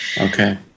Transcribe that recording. okay